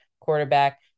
quarterback